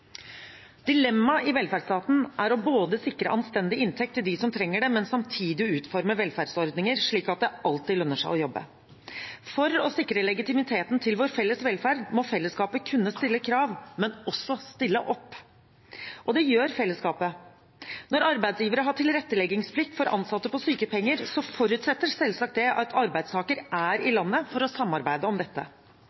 Dilemmaet i velferdsstaten er å sikre en anstendig inntekt til dem som trenger det, samtidig som man utformer velferdsordningene slik at det alltid lønner seg å jobbe. For å sikre legitimiteten til vår felles velferd må fellesskapet kunne stille krav, men også stille opp – og det gjør fellesskapet. Når arbeidsgivere har tilretteleggingsplikt for ansatte på sykepenger, forutsetter selvsagt det at arbeidstakeren er i